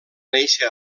néixer